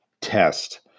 test